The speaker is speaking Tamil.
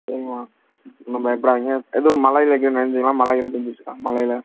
சரிம்மா ஒன்றும் பயப்படாதிங்க எதுவும் மழையில் எங்கேயும் நினஞ்சீங்களா மழை எதுவும் பெஞ்சிச்சா மழையில்